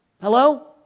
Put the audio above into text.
Hello